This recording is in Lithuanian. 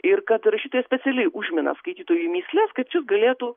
ir kad rašytojas specialiai užmina skaitytojui mįsles kad šis galėtų